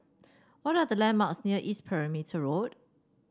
what are the landmarks near East Perimeter Road